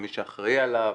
למי שאחראי עליו,